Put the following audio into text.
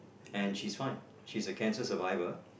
and she's fine she's a cancer survivor